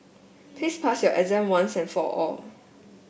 please pass your exam once and for all